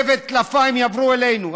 פה וטלפיים יעברו אלינו,